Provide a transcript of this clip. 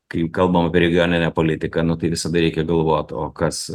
kai kalbam apie regioninę politiką nu tai visada reikia galvot o kas